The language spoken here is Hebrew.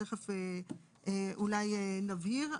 ותיכף אולי נבהיר.